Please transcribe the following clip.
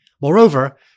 Moreover